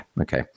okay